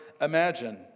imagine